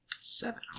Seven